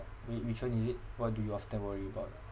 wait which one is it what do you often worry about ah